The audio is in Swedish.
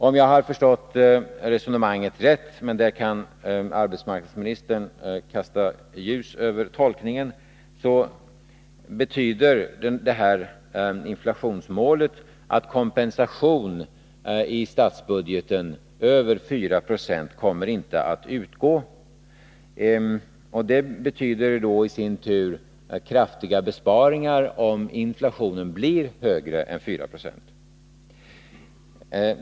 Om jag har förstått resonemanget rätt — om inte, hoppas jag att arbetsmarknadsministern kan kasta ljus över tolkningen — innebär inflationsmålet att kompensation i statsbudgeten för en inflation över 4 Z0 inte kommer att utgå. Blir inflationen över 4 Zo måste man därför göra kraftiga besparingar.